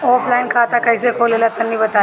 Offline खाता कइसे खुलेला तनि बताईं?